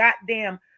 goddamn